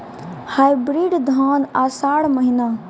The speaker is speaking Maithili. हाइब्रिड धान आषाढ़ महीना?